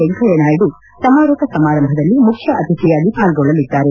ವೆಂಕಯ್ಟನಾಯ್ದು ಸಮಾರೋಪ ಸಮಾರಂಭದಲ್ಲಿ ಮುಖ್ಯ ಅತಿಥಿಯಾಗಿ ಪಾಲ್ಗೊಳ್ಳಲಿದ್ದಾರೆ